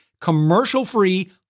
commercial-free